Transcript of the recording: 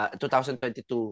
2022